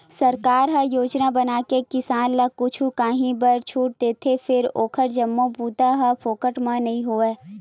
सरकार ह योजना बनाके किसान ल कुछु काही बर छूट देथे फेर ओखर जम्मो बूता ह फोकट म नइ होवय